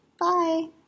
Bye